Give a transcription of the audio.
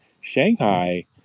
shanghai